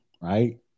right